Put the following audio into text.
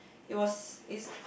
it was is